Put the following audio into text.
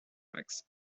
rights